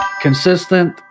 consistent